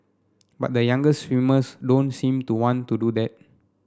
but the younger swimmers don't seem to want to do that